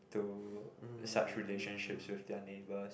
to such relationships with their neighbours